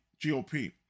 GOP